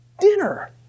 dinner